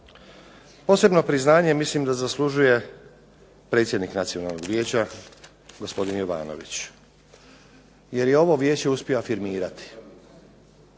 Posebno priznanje mislim da zaslužuje predsjednik Nacionalnog vijeća gospodin Jovanović, jer je ovo vijeće uspio afirmirati.